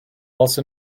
also